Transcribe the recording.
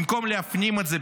במקום להפנים את זה,